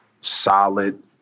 solid